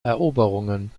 eroberungen